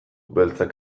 beltzak